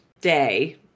day